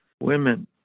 women